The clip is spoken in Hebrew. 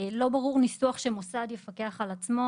לא ברור הניסוח שמוסד יפקח על עצמו,